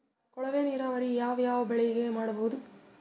ಕೊಳವೆ ನೀರಾವರಿ ಯಾವ್ ಯಾವ್ ಬೆಳಿಗ ಮಾಡಬಹುದು?